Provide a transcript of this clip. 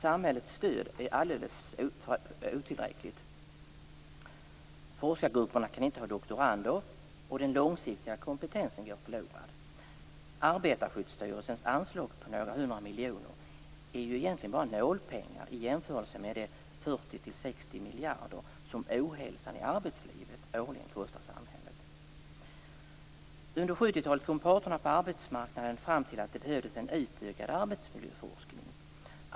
Samhällets stöd är alldeles otillräckligt. Forskargrupperna kan inte ha doktorander, och den långsiktiga kompetensen går förlorad. Arbetarskyddsstyrelsens anslag på några hundra miljoner är egentligen bara nålpengar i jämförelse med de 40-60 miljarder som ohälsan i arbetslivet årligen kostar samhället. Under 70-talet kom parterna på arbetsmarknaden fram till att det behövdes en utökad arbetsmiljöforskning.